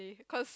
cause